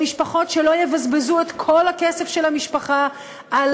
למשפחות שלא יבזבזו את כל הכסף של המשפחה על